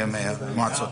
עליכם?